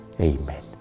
Amen